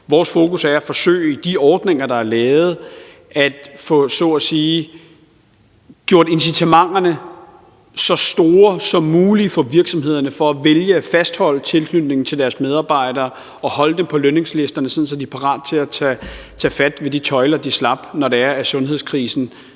fokus er på i de ordninger, der er lavet, så at sige at forsøge at få gjort incitamenterne så store som muligt for virksomhederne til at vælge at fastholde tilknytningen til deres medarbejdere og holde dem på lønningslisterne, sådan at de er parate til at tage fat i de tøjler, de slap, når sundhedskrisen